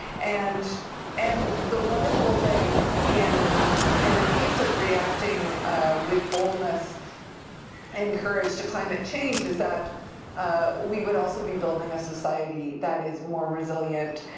and and the wonderful thing in in the case of reacting with boldness and courage to climate change is that we would also be building a society that is more resilient,